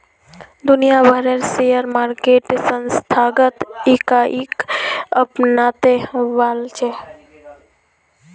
दुनिया भरेर share market संस्थागत इकाईक अपनाते वॉल्छे